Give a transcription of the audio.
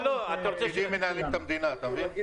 פקידים מנהלים את המדינה, אתה מבין?